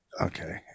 Okay